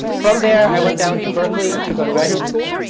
from there, i went down to berkeley to go to graduate school,